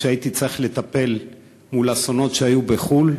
כשהייתי צריך לטפל מול אסונות שהיו בחו"ל,